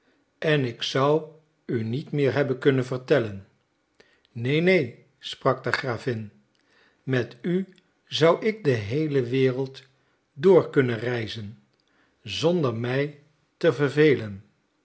en ik zou u niet meer hebben kunnen vertellen neen neen sprak de gravin met u zou ik de heele wereld door kunnen reizen zonder mij te vervelen